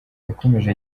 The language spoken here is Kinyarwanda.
yakomeje